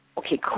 okay